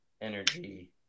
energy